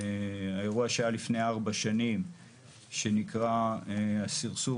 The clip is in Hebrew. האירוע שהיה לפני 4 שנים שנקרא הסרסור